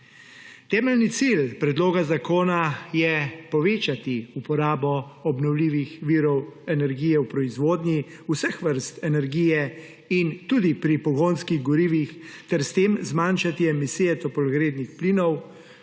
Temeljni cilj predloga zakona je povečati uporabo obnovljivih virov energije v proizvodnji vseh vrst energije in tudi pri pogonskih gorivih ter s tem zmanjšati emisije toplogrednih plinov,